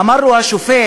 אמר לו השופט